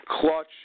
Clutch